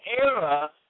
era